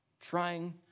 trying